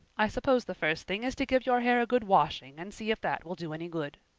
i suppose the first thing is to give your hair a good washing and see if that will do any good.